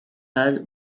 has